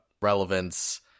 relevance